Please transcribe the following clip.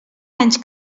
anys